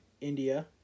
India